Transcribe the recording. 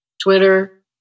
Twitter